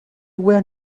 were